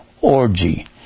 orgy